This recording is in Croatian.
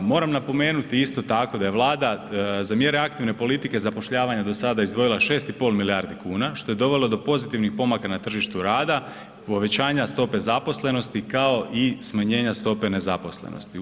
Moram napomenut isto tako da je Vlada za mjere aktivne politike zapošljavanja do sada izdvojila 6,5 milijardi kuna, što je dovelo do pozitivnih pomaka na tržištu rada, povećanja stope zaposlenosti, kao i smanjenja stope nezaposlenosti.